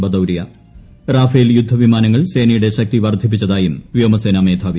Bhadauria Rafale യുദ്ധവിമാനങ്ങൾ സേനയുടെ ശക്തി വർധിപ്പിച്ചതായും വ്യോമസേനാ മേധാവി